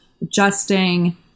adjusting